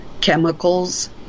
chemicals